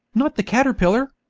not the caterpillar